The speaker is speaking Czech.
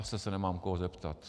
Zase se nemám koho zeptat.